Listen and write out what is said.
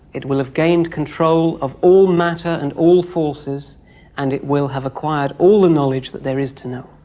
it will have gained control of all matter and all forces and it will have acquired all the and knowledge that there is to know.